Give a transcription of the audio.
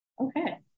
okay